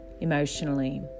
emotionally